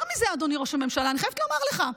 השתגעתם?